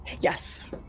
Yes